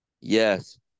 Yes